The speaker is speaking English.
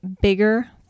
bigger